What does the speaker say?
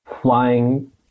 flying